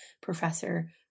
Professor